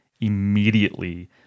immediately